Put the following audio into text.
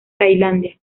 tailandia